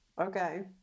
Okay